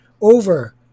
Over